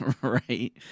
Right